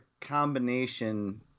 combination